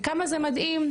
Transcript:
וכמה זה מדהים,